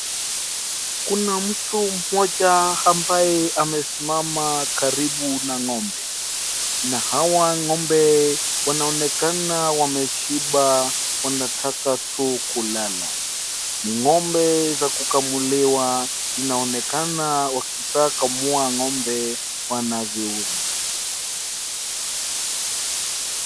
Kuna mtu mmoja ambaye amesimama katribu na ng'ombe, na hawa ng'ombe wanaonekana wameshiba na wanataka tu kulala. Ni ng'ombe za kukamuliwa zinaonekana wakishakamua ng'ombe wanaziuza.